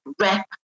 rep